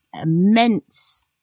immense